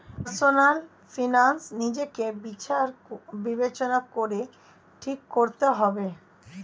personal finance নিজেকে বিচার বিবেচনা করে ঠিক করতে হবে